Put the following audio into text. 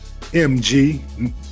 MG